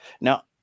Now